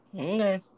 Okay